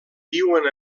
viuen